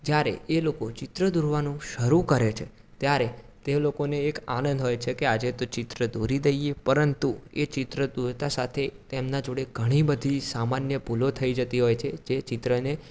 જ્યારે એ લોકો ચિત્ર દોરવાનું શરૂ કરે છે ત્યાારે તે લોકોને એક આનંદ હોય છે કે આજે તો ચિત્ર દોરી દઈએ પરંતુ એ ચિત્ર દોરતા સાથે તેમના જોડે ઘણી બધી સામાન્ય ભૂલો થઈ જતી હોય છે જે ચિત્રને